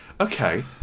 Okay